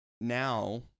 now